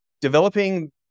developing